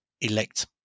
elect